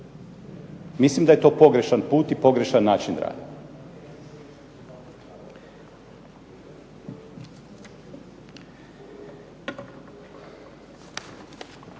Mislim da je to pogrešan put i pogrešan način rada.